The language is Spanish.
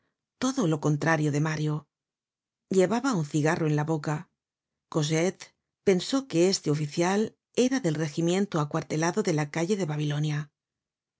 todo lo contrario de mario llevaba un cigarro en la boca cosette pensó que este oficial era del regimiento acuartelado en la calle de babilonia